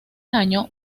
año